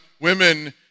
women